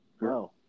no